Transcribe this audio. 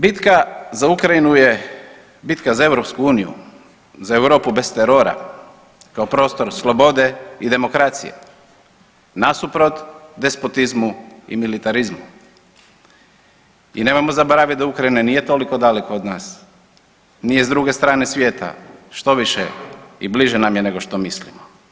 Bitka za Ukrajinu je bitka za EU, za Europu bez terora, kao prostor slobode i demokracije nasuprot despotizmu i militarizmu i nemojmo zaboravit da Ukrajina nije toliko daleko od nas, nije s druge strane svijeta, štoviše i bliže nam je nego što mislimo.